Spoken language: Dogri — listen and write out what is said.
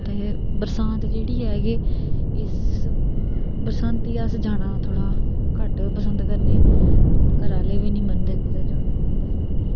ते बरसांत जेहड़ी है तां के इस बरसांती अस जाना थोहड़ा घट्ट गै पसंद करदे ना घरा आहले बी नेईं मनदे कुतै जाने आस्तै